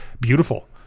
beautiful